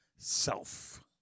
Self